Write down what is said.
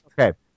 okay